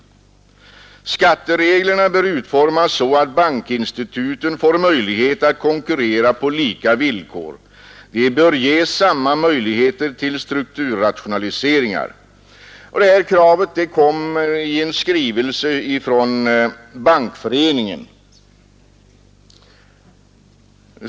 Skattereglerna bör formas så, att bankinstituten får möjlighet att konkurrera på lika villkor. De bör ges samma möjligheter till strukturrationaliseringar. Det här kravet kom i en skrivelse från Bankföreningen.